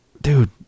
dude